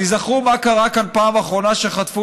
תיזכרו מה קרה כאן פעם אחרונה שחטפו